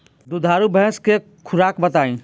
दुधारू भैंस के खुराक बताई?